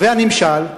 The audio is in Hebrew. והנמשל,